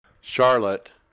Charlotte